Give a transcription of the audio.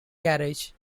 garage